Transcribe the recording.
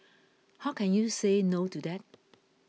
how can you say no to that